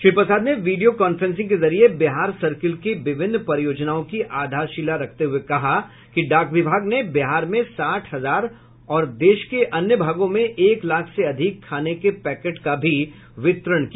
श्री प्रसाद ने video conferencing के जरिए बिहार सर्कल की विभिन्न परियोजनाओं की आधारशिला रखते हुए कहा कि डाक विभाग ने बिहार में साठ हजार और देश के अन्य भागों में एक लाख से अधिक खाने के पैकेटों का भी वितरण किया